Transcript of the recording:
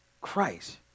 Christ